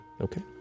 okay